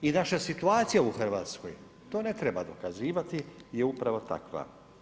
I naša situacija u Hrvatskoj to ne treba dokazivati je upravo takva.